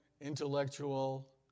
intellectual